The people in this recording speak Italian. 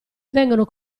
vengono